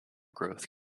growth